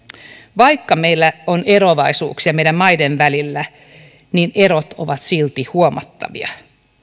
vaikka meillä on eroavaisuuksia meidän maidemme välillä niin erot ovat silti huomattavia